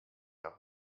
auch